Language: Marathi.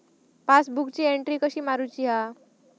पासबुकाची एन्ट्री कशी मारुची हा?